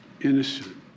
innocent